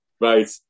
Right